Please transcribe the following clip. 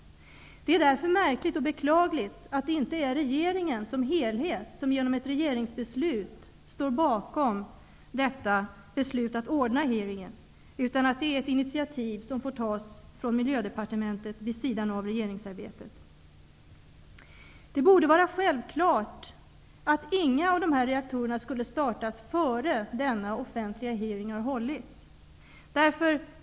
Det är därför märkligt och beklagligt att det inte är regeringen som helhet som står bakom beslutet att ordna hearingen. Det är ett initiativ som får tas från Miljödepartementet vid sidan av regeringsarbetet. Det borde vara självklart att inga av dessa fem reaktorer skulle startas innan den offentliga hearingen har hållits.